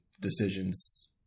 decisions